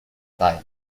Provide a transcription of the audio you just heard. time